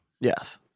yes